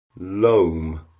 loam